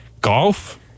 golf